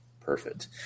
Perfect